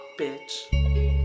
Bitch